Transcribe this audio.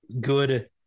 good